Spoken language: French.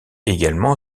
également